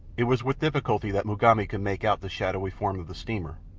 it was with difficulty that mugambi could make out the shadowy form of the steamer,